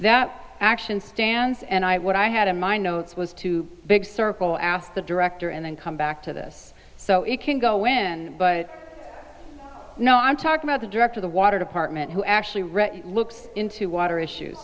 that action stands and i what i had in my notes was too big circle ask the director and then come back to this so it can go in but no i'm talking about the director the water department who actually wrote it looks into water issues